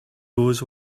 goes